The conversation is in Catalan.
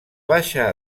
baixa